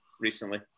recently